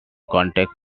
context